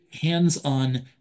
hands-on